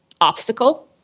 obstacle